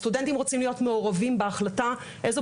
הסטודנטים רוצים להיות מעורבים בהחלטה איזו